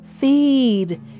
Feed